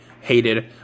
hated